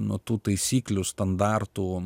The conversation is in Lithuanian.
nuo tų taisyklių standartų